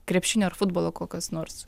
krepšinio ar futbolo kokios nors